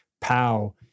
pow